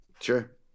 Sure